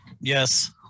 Yes